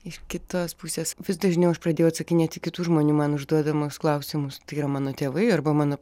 iš kitos pusės vis dažniau aš pradėjau atsakinėti į kitų žmonių man užduodamus klausimus tai yra mano tėvai arba mano